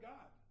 God